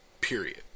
period